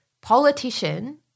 politician